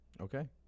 Okay